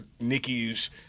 Nikki's